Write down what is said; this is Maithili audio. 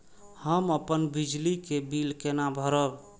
हम अपन बिजली के बिल केना भरब?